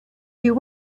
you